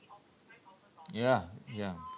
ya ya